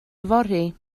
yfory